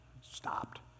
stopped